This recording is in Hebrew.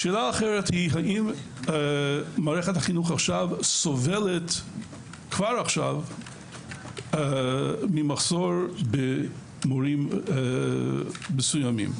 שאלה אחרת היא האם מערכת החינוך סובלת כבר עכשיו ממחסור במורים מסוימים?